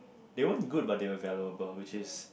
they won't good but they were valuable which is